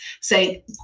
say